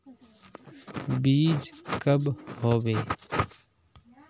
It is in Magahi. बीज कब होबे?